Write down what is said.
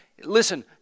Listen